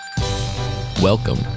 Welcome